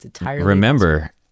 remember